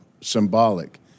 symbolic